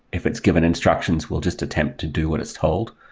if it's given instructions will just attempt to do what it's told,